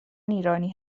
ایرانی